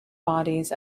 bodies